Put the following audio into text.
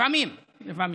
לפעמים, לפעמים.